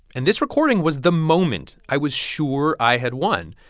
and this recording was the moment i was sure i had won.